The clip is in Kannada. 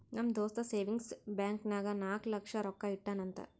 ನಮ್ ದೋಸ್ತ ಸೇವಿಂಗ್ಸ್ ಬ್ಯಾಂಕ್ ನಾಗ್ ನಾಲ್ಕ ಲಕ್ಷ ರೊಕ್ಕಾ ಇಟ್ಟಾನ್ ಅಂತ್